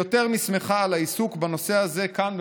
ויותר משמחה על העיסוק בנושא הזה כאן,